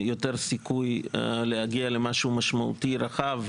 יותר סיכוי להגיע למשהו משמעותי ורחב,